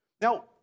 Now